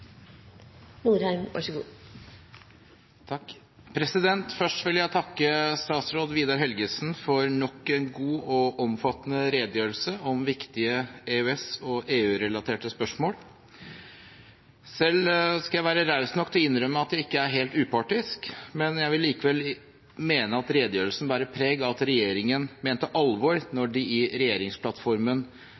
omfattende redegjørelse om viktige EØS- og EU-relaterte spørsmål. Selv skal jeg være raus nok til å innrømme at jeg ikke er helt upartisk, men jeg vil likevel mene at redegjørelsen bærer preg av at regjeringen mente alvor da den i regjeringsplattformen